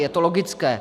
Je to logické.